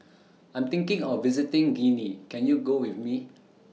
I'm thinking of visiting Guinea Can YOU Go with Me